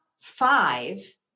five